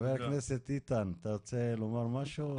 חבר הכנסת איתן, אתה רוצה לומר משהו,